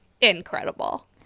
incredible